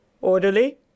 orderly